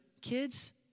kids